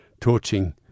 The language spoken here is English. torching